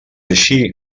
així